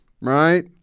Right